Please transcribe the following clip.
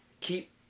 keep